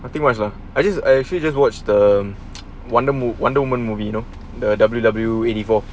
nothing much lah I just I just actually just watched the wonder wonder woman movie you know the W W eighty four